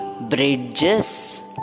bridges